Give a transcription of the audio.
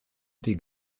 die